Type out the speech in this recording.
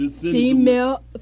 female